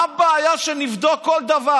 מה הבעיה שנבדוק כל דבר?